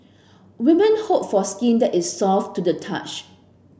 women hope for skin that is soft to the touch